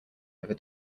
never